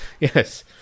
yes